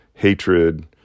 Hatred